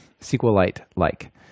SQLite-like